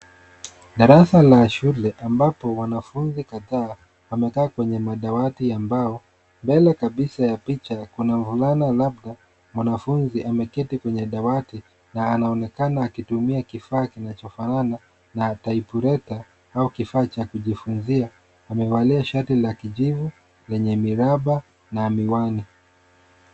Darasa la shule ambapo wanafunzi kadhaa wamekaa kwenye madawati ya mbao. Mbele kabisa ya picha kuna mvulana labda mwanafunzi ameketi kwenye dawati na anaonekana akitumia kifaa kinachofanana na typewriter au kifaa cha kujifunzia. Amevalia shati ya kijivu yenye miraba na miwani.